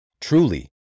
Truly